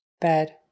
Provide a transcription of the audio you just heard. Bed